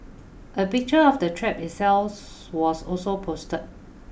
a picture of the trap itself was also posted